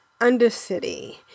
Undercity